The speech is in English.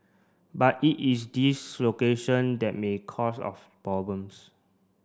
but it is this location that may cause of problems